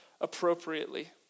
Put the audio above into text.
appropriately